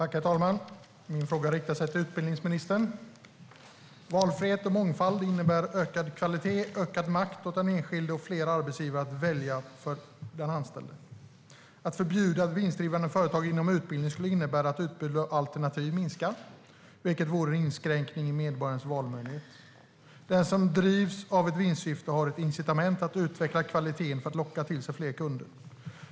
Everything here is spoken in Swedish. Herr talman! Min fråga riktar sig till utbildningsministern. Valfrihet och mångfald innebär ökad kvalitet, ökad makt åt den enskilde och flera arbetsgivare att välja mellan för den anställde. Att förbjuda vinstdrivande företag inom utbildning skulle innebära att utbud och alternativ minskar, vilket vore en inskränkning i medborgarens valmöjlighet. Den som drivs av ett vinstsyfte har ett incitament att utveckla kvaliteten för att locka till sig fler kunder.